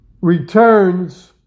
returns